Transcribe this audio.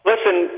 Listen